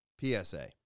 PSA